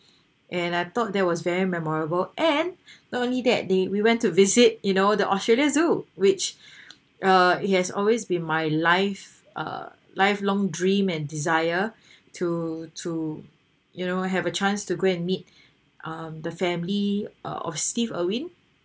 and I thought that was very memorable and not only that then we went to visit you know the australia zoo which uh it has always been my life uh lifelong dream and desire to to you know have a chance to go and meet the family of steve irwin